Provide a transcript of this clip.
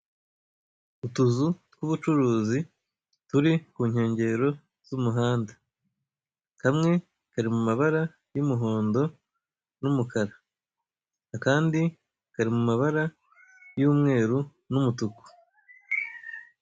Utuzu tw'ubucuruzi turi ku nkengero z'umuhanda, kamwe kari mu mabara y'umuhondo n'umukara akandi kari mu mabara y'umweru n'umutuku.